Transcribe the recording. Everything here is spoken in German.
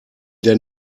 der